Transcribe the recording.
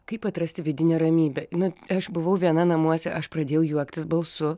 kaip atrasti vidinę ramybę na aš buvau viena namuose aš pradėjau juoktis balsu